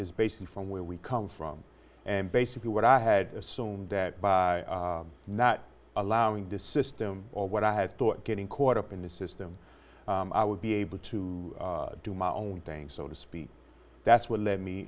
is basically from where we come from and basically what i had assumed that by not allowing the system or what i had thought getting caught up in the system i would be able to do my own things so to speak that's what led me